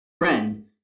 friend